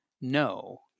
no